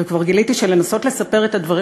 כבר גיליתי שלנסות לספר את הדברים